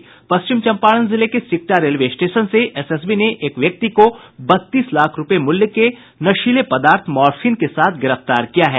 पश्चिम चंपारण जिले के Sikta railway station से एसएसबी ने एक व्यक्ति को बत्तीस लाख रुपये मूल्य के नशीले पदार्थ मार्फीन के साथ गिरफ्तार किया है